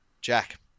Jack